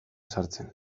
sartzen